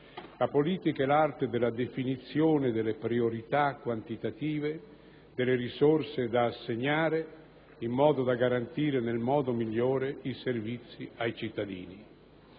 la politica è l'arte della definizione delle priorità quantitative delle risorse da assegnare in modo da garantire nel modo migliore i servizi ai cittadini.